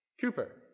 Cooper